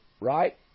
right